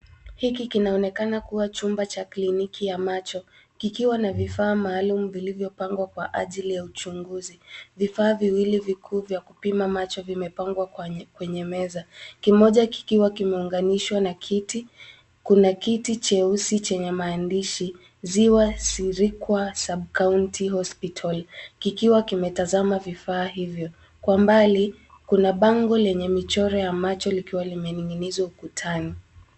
Hiki kinaonekana kuwa chumba cha kliniki ya macho, kikiwa na vifaa maalum zilizopangwa kwa ajili ya uchunguzi, vifaa viwili vikuu vya kupika macho vimepangwa kwenye meza, kimoja kikiwa kimeunganishwa na kiti. Kuna kiti cheusi chenye maandishi ziwa sirikwa sub-county hospital kikiwa kimetazama vifaa hivyo, kwa mbali kuna bango lenye michoro ya macho likiwa imening'ing'inizwa kutani.